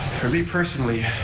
for me personally,